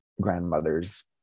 grandmother's